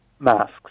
masks